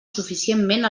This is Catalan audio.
suficientment